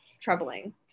troubling